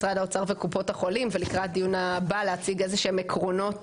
משרד האוצר וקופות החולים ולקראת הדיון הבא להציג איזה שהם עקרונות